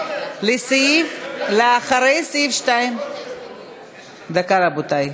דקה, רבותי.